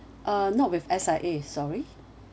uh not with S_I_A sorry